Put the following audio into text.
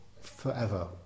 forever